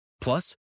Plus